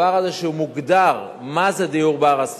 הדבר הזה שמוגדר, מה זה דיור בר-השגה.